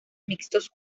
mixtos